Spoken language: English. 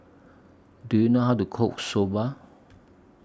Do YOU know How to Cook Soba